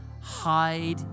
hide